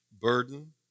Burden